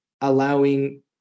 allowing